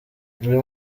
uyu